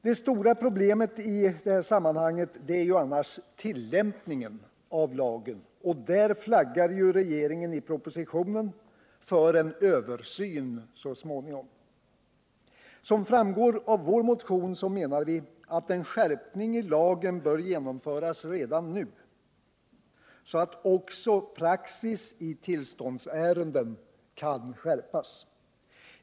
Det stora problemet i detta sammanhang är ju annars tillämpningen av lagen, och där flaggar regeringen i propositionen för en översyn så småningom. Som framgår av vår motion menar vi att en skärpning i lagen bör genomföras redan nu så att också praxis i tillståndsärenden kan skärpas.